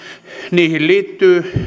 niihin liittyy